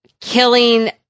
killing